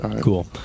Cool